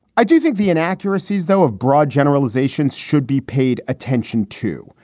i do think the inaccuracy is, though, of broad generalizations should be paid attention to,